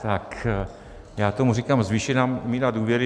Tak já tomu říkám zvýšená míra důvěry.